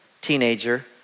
teenager